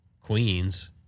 Queens